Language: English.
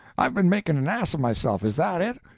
i've been making an ass of myself is that it?